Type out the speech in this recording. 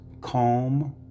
calm